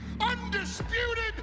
undisputed